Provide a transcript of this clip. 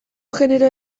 generoa